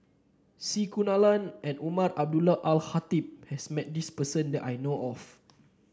C Kunalan and Umar Abdullah Al Khatib has met this person that I know of